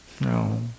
No